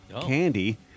candy